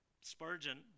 Spurgeon